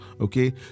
okay